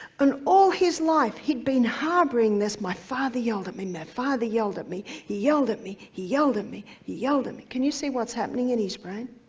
and all his life he'd been harboring this, my father yelled at me, my father yelled at me, he yelled at me, he yelled at me, he yelled at me. can you see what's happening in his brain?